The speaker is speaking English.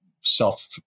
self